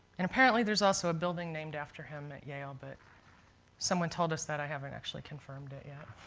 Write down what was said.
and apparently there's also a building named after him at yale. but someone told us that, i haven't actually confirmed it yet.